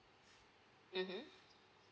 mmhmm